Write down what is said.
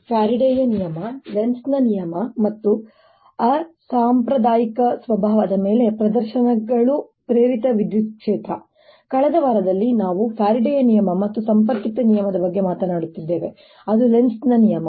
ಫ್ಯಾರಡೆಯ ನಿಯಮ ಲೆನ್ಜ್ನ ನಿಯಮ ಮತ್ತು ಅಸಾಂಪ್ರದಾಯಿಕ ಸ್ವಭಾವದ ಮೇಲೆ ಪ್ರದರ್ಶನಗಳು ಪ್ರೇರಿತ ವಿದ್ಯುತ್ ಕ್ಷೇತ್ರ ಕಳೆದ ವಾರದಲ್ಲಿ ನಾವು ಫ್ಯಾರಡೆಯ ನಿಯಮ ಮತ್ತು ಸಂಪರ್ಕಿತ ನಿಯಮದ ಬಗ್ಗೆ ಮಾತನಾಡುತ್ತಿದ್ದೇವೆ ಅದು ಲೆನ್ಜ್ನ ನಿಯಮ